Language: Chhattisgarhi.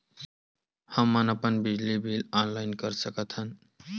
हमन अपन बिजली बिल ऑनलाइन कर सकत हन?